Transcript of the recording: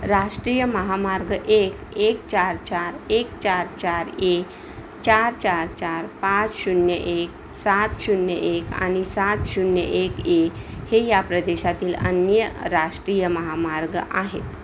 राष्ट्रीय महामार्ग एक एक चार चार एक चार चार ए चार चार चार पाच शून्य एक सात शून्य एक आणि सात शून्य एक ए हे या प्रदेशातील अन्य राष्ट्रीय महामार्ग आहेत